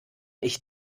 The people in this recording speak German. ich